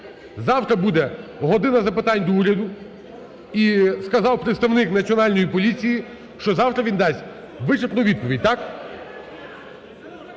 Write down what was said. завтра буде "година запитань до Уряду". І сказав представник Національної поліції, що завтра він дасть вичерпну відповідь, так?